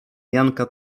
janka